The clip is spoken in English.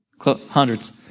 Hundreds